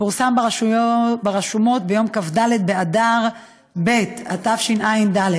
פורסם ברשומות ביום כ"ד באדר ב' התשע"ד,